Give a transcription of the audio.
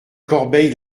corbeil